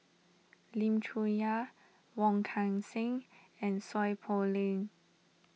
Lim Chong Yah Wong Kan Seng and Seow Poh Leng